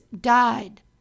died